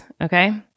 Okay